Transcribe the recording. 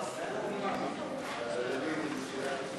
ההימורים בספורט (תיקון מס' 7, הוראת שעה),